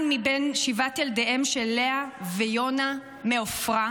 מבין שבעת ילדיהם של לאה ויונה מעופרה,